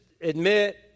admit